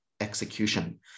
execution